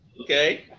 Okay